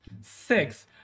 Six